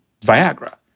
Viagra